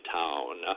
town